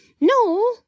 No